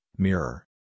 Mirror